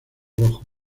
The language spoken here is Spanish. rojo